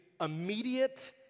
immediate